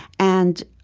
and